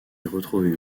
retrouvées